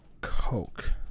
Coke